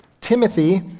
Timothy